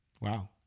Wow